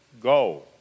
go